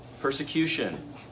persecution